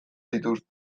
dituzte